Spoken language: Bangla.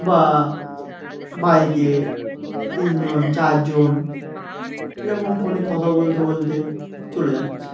বা বাইকে তিনজন চারজন এরকম ফোনে কথা বলতে বলতে চলে যাচ্ছে